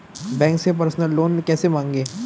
Bank से personal loan कैसे मांगें?